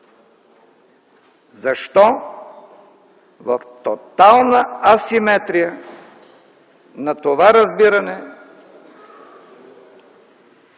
защо в тотална асиметрия на това разбиране